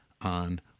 on